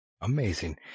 Amazing